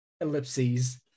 ellipses